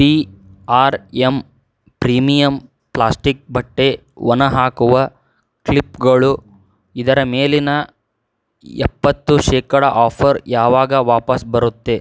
T R M premium plastic ಬಟ್ಟೆ ಒಣ ಹಾಕುವ ಕ್ಲಿಪ್ಗಳು ಇದರ ಮೇಲಿನ ಎಪ್ಪತ್ತು ಶೇಕಡ ಆಫರ್ ಯಾವಾಗ ವಾಪಸ್ ಬರುತ್ತೆ